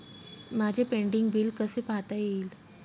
माझे pending bill कसे पाहता येईल?